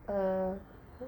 uh